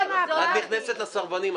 את נכנסת לסרבנים.